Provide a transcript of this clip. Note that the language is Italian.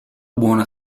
buona